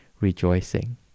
rejoicing